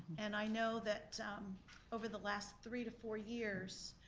and i know that over the last three to four years,